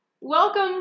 welcome